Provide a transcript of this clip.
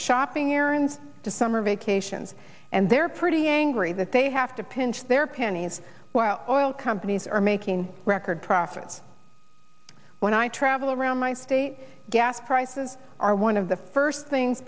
shopping errands to summer vacations and they're pretty angry that they have to pinch their pennies while oil companies are making record profits when i travel around my state gas prices are one of the first things